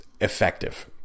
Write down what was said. effective